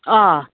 हां